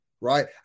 right